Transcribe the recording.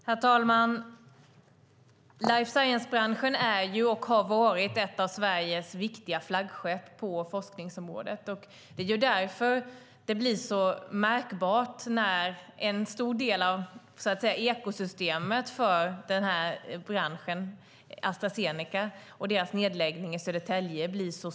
Herr talman! Life science-branschen är och har varit ett av Sveriges viktiga flaggskepp på forskningsområdet. Det är därför det blir så märkbart, sårbart och traumatiskt när en stor del av ekosystemet för branschen, Astra Zeneca i Södertälje, lägger ned.